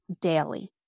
daily